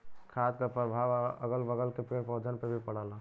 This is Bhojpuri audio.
खाद क परभाव अगल बगल के पेड़ पौधन पे भी पड़ला